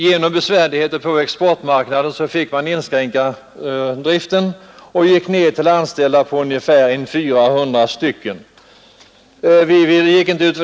Genom besvärligheter på exportmarknaden fick man inskränka driften och gick ned till en styrka på ungefär 400 anställda.